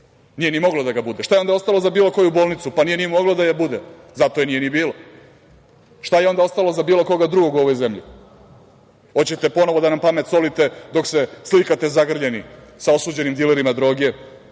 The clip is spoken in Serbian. Nije ni moglo da ga bude. Šta je onda ostalo za bilo koju bolnicu, nije ni moglo da je bude. Zato je nije ni bilo. Šta je onda ostalo za bilo koga drugog u ovoj zemlji? Hoćete ponovo da nam pamet solite dok se slikate zagrljeni sa osuđenim dilerima droge,